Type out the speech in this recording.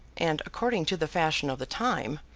and, according, to the fashion of the time,